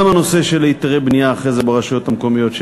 גם הנושא של היתרי בנייה אחרי זה ברשויות המקומיות,